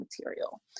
material